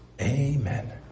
Amen